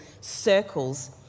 circles